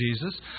Jesus